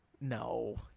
no